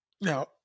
Now